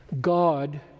God